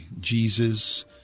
Jesus